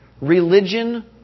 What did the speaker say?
Religion